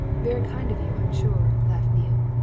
very kind of you, i'm sure, laughed neale.